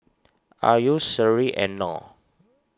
Ayu Sri and Nor